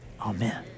Amen